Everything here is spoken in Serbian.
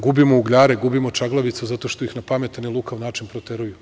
Gubimo Ugljare, gubimo Čaglavicu zato što ih na pametan i lukav način proteruju.